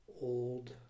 old